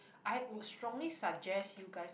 I would strongly suggest you guys